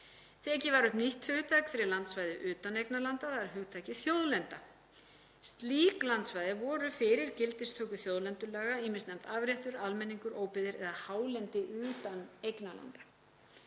Tekið var upp nýtt hugtak fyrir landsvæði utan eignarlanda, hugtakið þjóðlenda. Slík landsvæði voru fyrir gildistöku þjóðlendulaga ýmis nefnd afréttur almenningur, óbyggðir eða hálendi utan eignarlanda.